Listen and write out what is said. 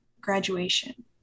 graduation